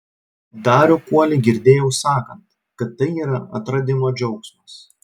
darių kuolį girdėjau sakant kad tai yra atradimo džiaugsmas